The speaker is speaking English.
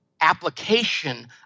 application